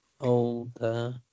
older